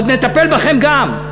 עוד נטפל בכם גם,